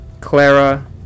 Clara